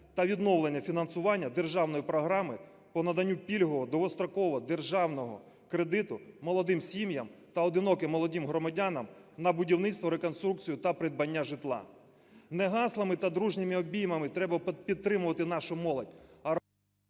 та відновлено фінансування державної програми по наданню пільгового довгострокового державного кредиту молодим сім'ям та одиноким молодим громадянам на будівництво (реконструкцію) та придбання житла. Не гаслами та дружніми обіймами треба підтримувати нашу молодь, а…